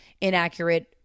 inaccurate